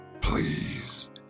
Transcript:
Please